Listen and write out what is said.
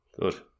Good